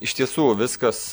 iš tiesų viskas